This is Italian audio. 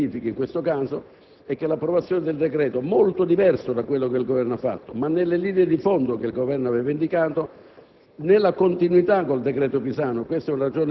Ci auguriamo che un analogo spirito di lassismo non si verifichi in questo caso e che l'approvazione della legge di conversione del decreto, molto diverso da quello che il Governo ha emanato, ma nelle linee di fondo che il Governo aveva indicato